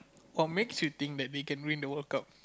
what makes you think that they can win the World Cup